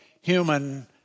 human